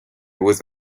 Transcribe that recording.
was